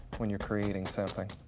when you're creating something.